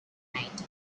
night